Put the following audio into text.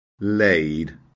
laid